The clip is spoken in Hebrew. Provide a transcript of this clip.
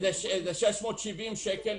670 שקל